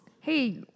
hey